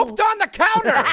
and on the counter?